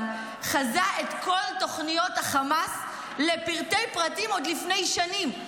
חזה את כל תוכניות חמאס לפרטי פרטים עוד לפני שנים.